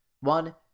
One